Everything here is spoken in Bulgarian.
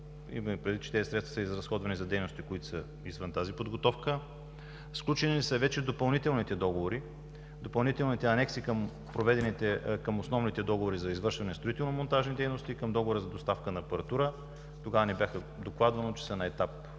Имаме предвид, че тези средства са изразходвани за дейности, които са извън тази подготовка. Сключени ли са вече допълнителните договори – допълнителните анекси към основните договори за извършване на строително монтажни дейности и към договора за доставка на апаратура? Тогава ни бе докладвано, че са на етап